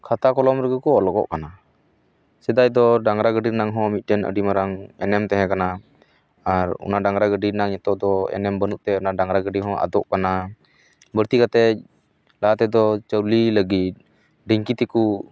ᱠᱷᱟᱛᱟ ᱠᱚᱞᱚᱢ ᱨᱮᱜᱮ ᱠᱚ ᱚᱞᱚᱜᱚᱜ ᱠᱟᱱᱟ ᱥᱮᱫᱟᱭ ᱫᱚ ᱰᱟᱝᱨᱟ ᱜᱟᱹᱰᱤ ᱨᱮᱱᱟᱝ ᱦᱚᱸ ᱢᱚᱫᱴᱮᱱ ᱟᱹᱰᱤ ᱢᱟᱨᱟᱝ ᱮᱱᱮᱢ ᱛᱟᱦᱮᱸ ᱠᱟᱱᱟ ᱚᱱᱟ ᱰᱟᱝᱨᱟ ᱜᱟᱹᱰᱤ ᱨᱮᱱᱟᱝ ᱱᱤᱛᱳᱜ ᱫᱚ ᱮᱱᱮᱢ ᱵᱟᱹᱱᱩᱜ ᱛᱮ ᱚᱱᱟ ᱰᱟᱝᱨᱟ ᱜᱟᱹᱰᱤ ᱦᱚᱸ ᱟᱫᱚᱜ ᱠᱟᱱᱟ ᱵᱟᱹᱲᱛᱤ ᱠᱟᱛᱮ ᱞᱟᱦᱟ ᱛᱮᱫᱚ ᱪᱟᱣᱞᱮ ᱞᱟᱹᱜᱤᱫ ᱰᱷᱤᱝᱠᱤ ᱛᱮᱠᱚ